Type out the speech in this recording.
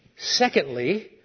secondly